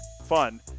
fun